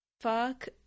fuck